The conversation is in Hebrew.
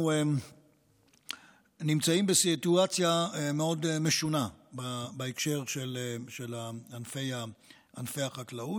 אנחנו נמצאים בסיטואציה מאוד משונה בהקשר של ענפי החקלאות.